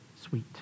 sweet